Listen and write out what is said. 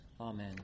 Amen